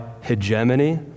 hegemony